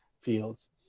fields